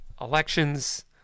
Elections